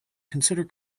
consider